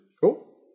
Cool